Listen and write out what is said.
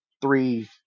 three